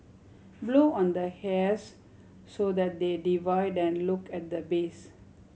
blow on the hairs so that they divide and look at the base